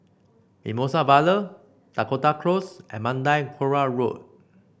Mimosa Vale Dakota Close and Mandai Quarry Road